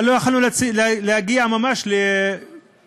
אבל לא יכולנו להגיע ממש ל-compromise.